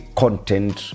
content